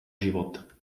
život